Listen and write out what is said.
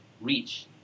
reach